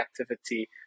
activity